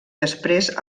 després